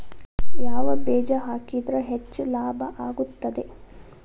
ಯಾವ ಬೇಜ ಹಾಕಿದ್ರ ಹೆಚ್ಚ ಲಾಭ ಆಗುತ್ತದೆ?